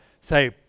say